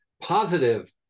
positive